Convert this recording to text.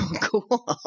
cool